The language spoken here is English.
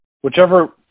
whichever –